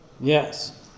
Yes